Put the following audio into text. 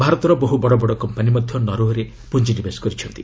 ଭାରତର ବହୁ ବଡ଼ବଡ଼ କମ୍ପାନି ମଧ୍ୟ ନରୱେରେ ପୁଞ୍ଜି ନିବେଶ କରିଛନ୍ତି